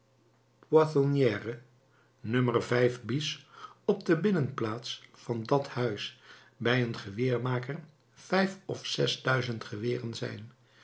boon nu bis op de binnenplaats van dat huis bij een geweermaker vijf of zes duizend geweren zijn